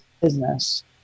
business